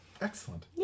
Excellent